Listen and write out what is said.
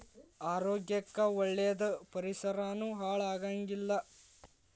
ಆರೋಗ್ಯ ಕ್ಕ ಒಳ್ಳೇದ ಪರಿಸರಾನು ಹಾಳ ಆಗಂಗಿಲ್ಲಾ